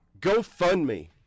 GoFundMe